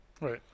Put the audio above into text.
Right